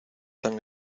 tan